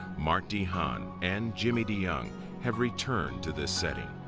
mart dehaan and jimmy deyoung have returned to this setting,